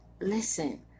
listen